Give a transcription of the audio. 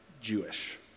Jewish